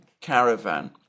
caravan